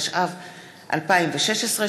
התשע"ז 2016,